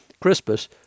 Crispus